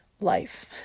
life